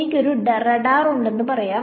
എനിക്ക് ഒരു റഡാർഉണ്ടെന്ന് പറയാം